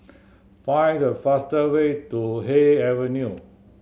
find the faster way to Haig Avenue